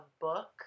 book